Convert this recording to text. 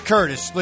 Curtis